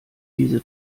diese